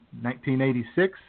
1986